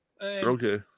Okay